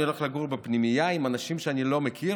אני הולך לגור בפנימייה עם אנשים שאני לא מכיר,